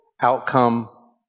outcome